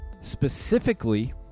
Specifically